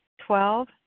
Twelve